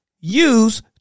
use